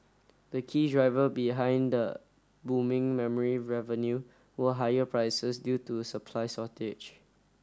the key driver behind the booming memory revenue were higher prices due to supply shortage